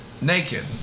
naked